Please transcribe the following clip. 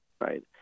right